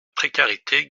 précarité